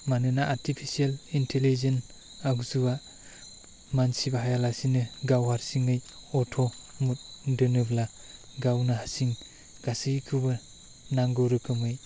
मानोना artificial intelligence आगजुआ मानसि बाहायालासिनो गाव हारसिङै अट' मड दोनोब्ला गावनो हारसिं गासैखौबो नांगौ रोखोमै